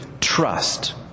trust